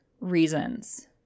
reasons